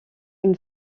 une